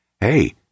Hey